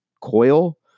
Coil